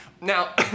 Now